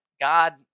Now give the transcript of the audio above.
God